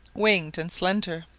winged and slender